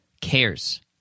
cares